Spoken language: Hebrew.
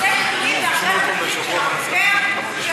זה אחד הכלים של חוקר, של